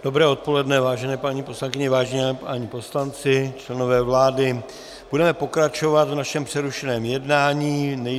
Dobré odpoledne, vážené paní poslankyně, vážení páni poslanci, členové vlády, budeme pokračovat v našem přerušeném jednání.